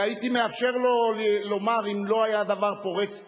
והייתי מאפשר לו לומר, אם לא היה הדבר פורץ פרץ,